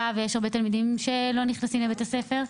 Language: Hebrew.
ויש הרבה תלמידים שלא נכנסים לבית הספר,